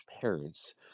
parents